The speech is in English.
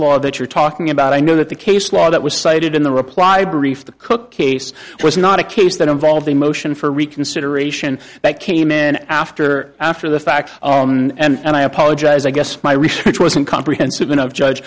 law that you're talking about i know that the case law that was cited in the reply brief the cook case was not a case that involved a motion for reconsideration that came in after after the fact and i apologize i guess my research wasn't comprehensive enough judge